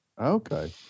Okay